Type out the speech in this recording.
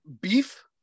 Beef